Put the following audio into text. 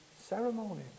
ceremony